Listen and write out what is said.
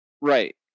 Right